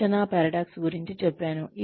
శిక్షణ పారడాక్స్ గురించి చెప్పాను